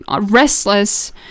restless